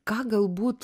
ką galbūt